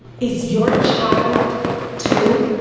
is your child two,